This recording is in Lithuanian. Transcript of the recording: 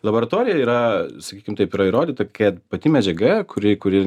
laboratorijoj yra sakykim taip yra įrodyta kad pati medžiaga kuri kuri